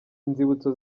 inzibutso